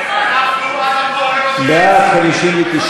בעד, 59,